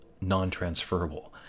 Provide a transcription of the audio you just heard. non-transferable